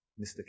Mr